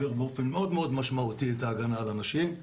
באופן מאוד משמעותי את ההגנה על הנשים,